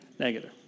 Negative